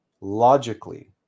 logically